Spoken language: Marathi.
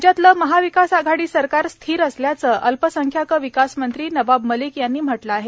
राज्यातले महाविकास आघाडी सरकार स्थिर असल्याचे अल्पसंख्याक विकास मंत्री नवाब मलिक यांनी म्हटलं आहे